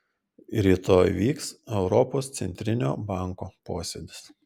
rytoj vyks europos centrinio banko posėdis